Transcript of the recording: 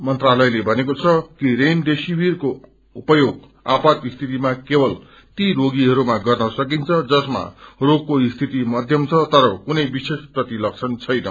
मंत्रालयले भनेको छ कि रेमडेसिविरको उपयोग आपात स्थितिमा केवल ती रोबीहरूमा गर्न सकिन्छ सजमा रोगको सीत मध्यम छ तर कूनै विशेष लक्षण प्रतिलक्षण छैन